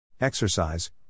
Exercise